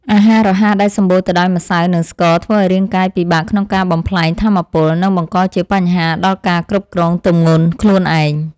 អាហាររហ័សដែលសម្បូរទៅដោយម្សៅ និងស្ករធ្វើឲ្យរាងកាយពិបាកក្នុងការបំប្លែងថាមពល និងបង្កជាបញ្ហាដល់ការគ្រប់គ្រងទម្ងន់ខ្លួនឯង។